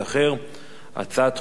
הצעת חוק של חבר הכנסת כץ,